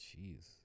jeez